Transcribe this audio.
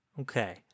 Okay